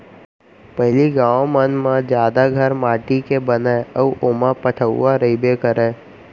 पहिली गॉंव मन म जादा घर माटी के बनय अउ ओमा पटउहॉं रइबे करय